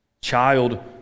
Child